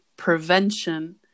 prevention